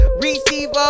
Receiver